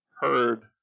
heard